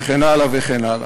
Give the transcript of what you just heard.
וכן הלאה וכן הלאה.